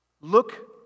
Look